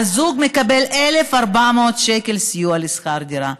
זוג מקבל 1,400 שקל סיוע בשכר דירה.